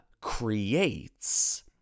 creates